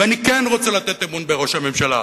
ואני כן רוצה לתת אמון בראש הממשלה,